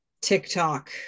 TikTok